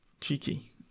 cheeky